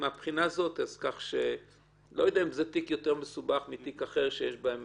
אני לא יודע אם זה תיק יותר מסובך מתיק אחר שיש בהם